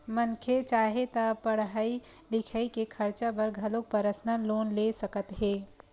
मनखे चाहे ता पड़हई लिखई के खरचा बर घलो परसनल लोन ले सकत हे